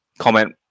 comment